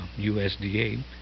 usda